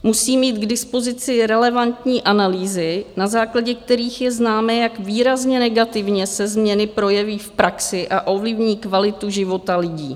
Musí mít k dispozici relevantní analýzy, na základě kterých je známé, jak výrazně negativně se změny projeví v praxi a ovlivní kvalitu života lidí.